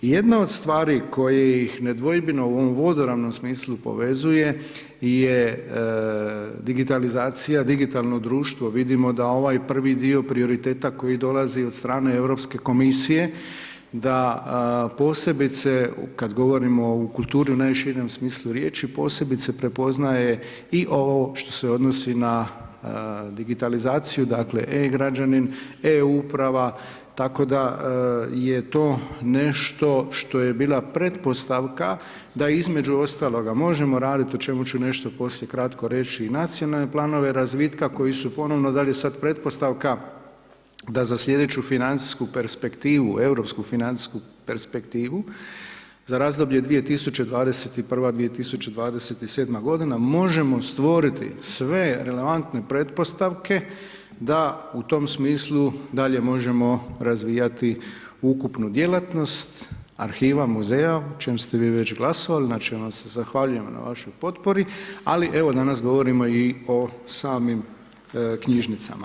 Jedna od stvari koje ih nedvojbeno u ovom vodoravnom smislu povezuje je digitalizacija, digitalno društvo, vidimo da ovaj prvi dio prioriteta koji dolazi od strane Europske komisije da posebice, kad govorimo o kulturi o najširem smislu riječi, posebice prepoznaje i ovo što se odnosi na digitalizaciju, dakle e-Građanin, e-Uprava, tako da je to nešto što je bila pretpostavka, da između ostalog možemo raditi, o čemu ću nešto poslije kratko reći i nacionalne planove razvitka, koji su ponovno, da li je sad pretpostavka, da za sljedeću financijsku perspektivnu, europsku financijsku perspektivu za razdoblje 2021.-2027. godina možemo stvoriti sve relevantne pretpostavke da u tom smislu dalje možemo razvijati ukupnu djelatnost, arhiva, muzeja, o čemu ste vi već glasovali, znači ja vam se zahvaljujem na vašoj potpori, ali evo danas govorimo i o samim knjižnicama.